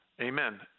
Amen